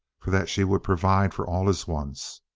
for that she would provide for all his wants.